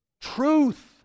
truth